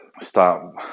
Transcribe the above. start